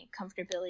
comfortability